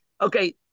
Okay